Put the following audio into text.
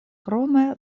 krome